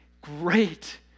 Great